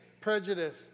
prejudice